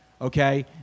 Okay